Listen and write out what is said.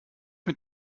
mit